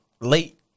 late